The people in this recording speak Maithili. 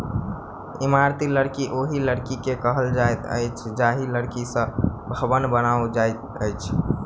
इमारती लकड़ी ओहि लकड़ी के कहल जाइत अछि जाहि लकड़ी सॅ भवन बनाओल जाइत अछि